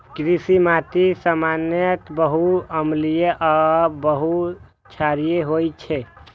कृषि माटि सामान्यतः बहुत अम्लीय आ बहुत क्षारीय होइ छै